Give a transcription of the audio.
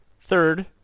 Third